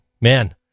man